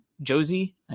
Josie